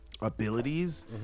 abilities